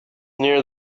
near